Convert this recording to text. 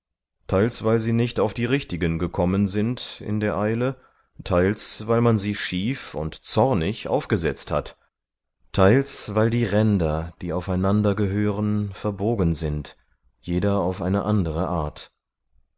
teils weil sie nicht auf die richtigen gekommen sind in der eile teils weil man sie schief und zornig aufgesetzt hat teils weil die ränder die aufeinander gehören verbogen sind jeder auf eine andere art